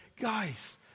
guys